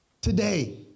today